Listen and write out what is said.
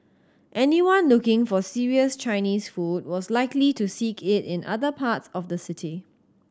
anyone looking for serious Chinese food was likely to seek it in other parts of the city